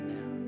Now